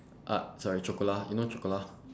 uh sorry chocola you know chocola